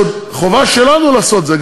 זאת חובה שלנו לעשות את זה,